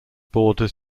borders